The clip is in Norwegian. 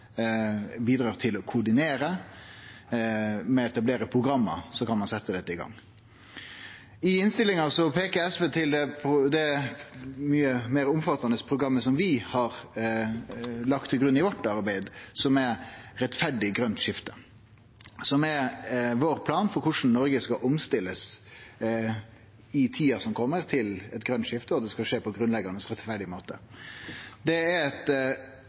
bidrar til å koordinere med etablerte program, så kan ein setje dette i gang. I innstillinga peikar SV på det mykje meir omfattande programmet som vi har lagt til grunn i arbeidet vårt, som er planen vår for korleis Noreg i tida som kjem, skal omstille seg til eit grønt skifte, og som skal skje på ein grunnleggjande rettferdig måte. I det programmet ligg det eit